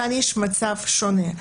כאן יש מצב שונה.